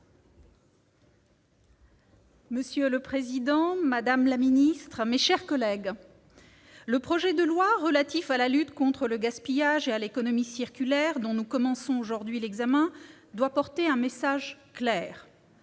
Monsieur le président, madame la secrétaire d'État, mes chers collègues, le projet de loi relatif à la lutte contre le gaspillage et à l'économie circulaire, dont nous commençons aujourd'hui l'examen, doit porter un message clair.